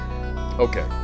Okay